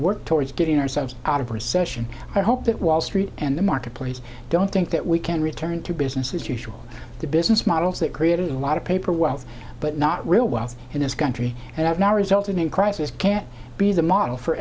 work towards getting ourselves out of recession i hope that wall street and the marketplace don't think that we can return to business as usual the business models that created a lot of paper wealth but not real wealth in this country and have now resulted in crisis can't be the model for